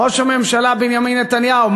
ראש הממשלה בנימין נתניהו,